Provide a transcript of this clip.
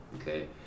Okay